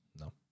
no